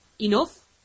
Enough